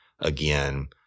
again